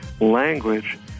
language